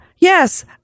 Yes